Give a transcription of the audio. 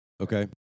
Okay